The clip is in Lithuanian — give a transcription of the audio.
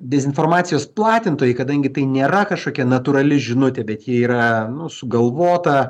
dezinformacijos platintojai kadangi tai nėra kažkokia natūrali žinutė bet ji yra nu sugalvota